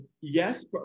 Yes